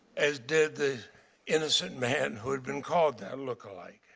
as did the innocent man who had been called the look alike.